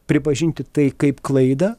pripažinti tai kaip klaidą